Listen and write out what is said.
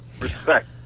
Respect